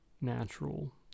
natural